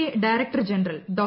A director general Dr